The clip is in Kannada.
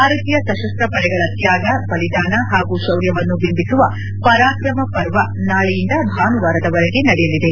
ಭಾರತೀಯ ಸಶಸ್ತ ಪಡೆಗಳ ತ್ನಾಗ ಬಲಿದಾನ ಹಾಗೂ ಶೌರ್ಯವನ್ನು ಬಿಂಬಿಸುವ ಪರಾಕ್ರಮ ಪರ್ವ ನಾಳೆಯಿಂದ ಭಾನುವಾರದವರೆಗೆ ನಡೆಯಲಿದೆ